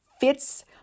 fits